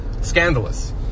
scandalous